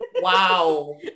Wow